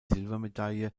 silbermedaille